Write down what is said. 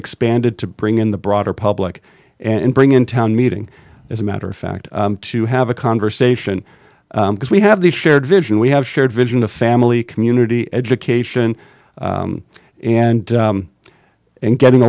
expanded to bring in the broader public and bring in town meeting as a matter of fact to have a conversation because we have the shared vision we have shared vision of family community education and and getting